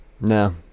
No